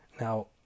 Now